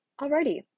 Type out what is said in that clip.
Alrighty